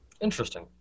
interesting